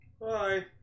Bye